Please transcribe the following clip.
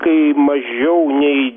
kai mažiau nei